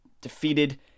defeated